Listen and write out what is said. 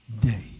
day